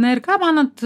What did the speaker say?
na ir ką manot